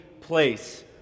place